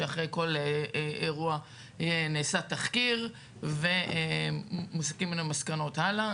שאחרי כל אירוע נעשה תחקיר ומסיקים ממנו מסקנות הלאה,